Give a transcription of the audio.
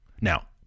Now